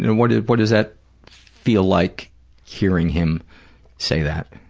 and what does what does that feel like hearing him say that?